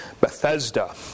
Bethesda